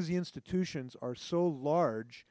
as the institutions are so large